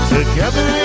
Together